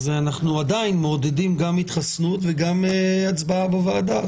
אנחנו עדיין מעודדים גם התחסנות וגם הצבעה בוועדה.